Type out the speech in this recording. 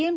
M